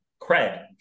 cred